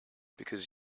because